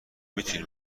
میتونی